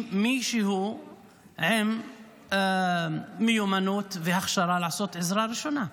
מישהו עם מיומנות והכשרה לעשות עזרה ראשונה.